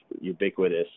ubiquitous